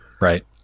Right